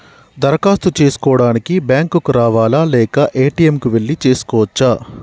దరఖాస్తు చేసుకోవడానికి బ్యాంక్ కు రావాలా లేక ఏ.టి.ఎమ్ కు వెళ్లి చేసుకోవచ్చా?